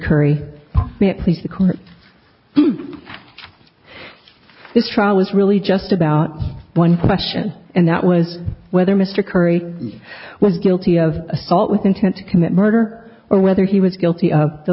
curry please the court this trial was really just about one question and that was whether mr curry was guilty of assault with intent to commit murder or whether he was guilty of the